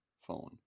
phone